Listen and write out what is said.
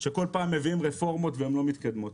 שכל פעם מביאים רפורמות והן לא מתקדמות,